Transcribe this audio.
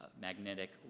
magnetic